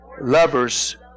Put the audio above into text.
lovers